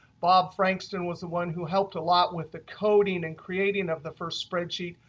bob frankston was the one who helped a lot with the coding and creating of the first spreadsheet,